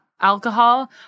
alcohol